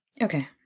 Okay